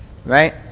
right